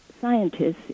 scientists